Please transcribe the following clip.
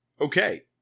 okay